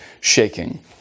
shaking